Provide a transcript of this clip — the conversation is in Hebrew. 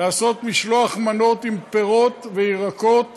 לעשות משלוח מנות עם פירות וירקות